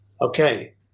Okay